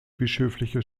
bischöfliche